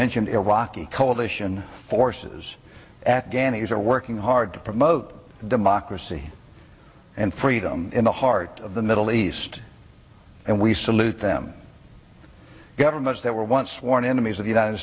mentioned iraq a coalition forces at gannett are working hard to promote democracy and freedom in the heart of the middle east and we salute them governments that were once sworn enemies of the united